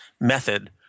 method